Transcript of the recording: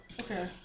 Okay